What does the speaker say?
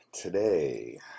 Today